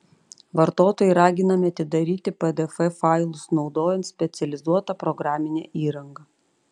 vartotojai raginami atidaryti pdf failus naudojant specializuotą programinę įrangą